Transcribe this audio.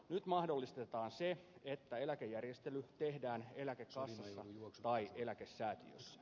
nyt mahdollistetaan se että eläkejärjestelyt tehdään eläkekassassa tai eläkesäätiössä